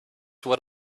what